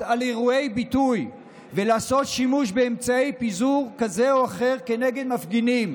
על אירועי ביטוי ולעשות שימוש באמצעי פיזור כזה או אחר כנגד מפגינים